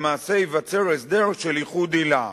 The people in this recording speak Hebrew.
למעשה, ייווצר הסדר של ייחוד עילה,